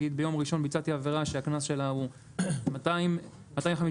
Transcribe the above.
ביום ראשון ביצעתי עבירה שהקנס שלה הוא 250 שקלים.